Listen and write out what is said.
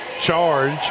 charge